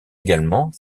également